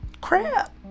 crap